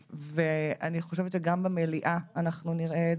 ואני חושבת שגם במליאה אנחנו נראה את